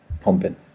pumping